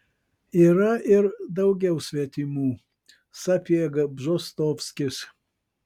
yra ir daugiau svetimų sapiega bžostovskis